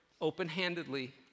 open-handedly